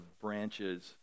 branches